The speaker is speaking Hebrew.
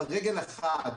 על רגל אחת,